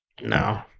No